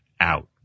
out